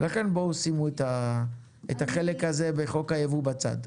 ולכן בואו שימו את החלק הזה בחוק היבוא בצד.